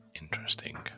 Interesting